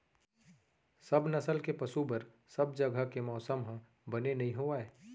सब नसल के पसु बर सब जघा के मौसम ह बने नइ होवय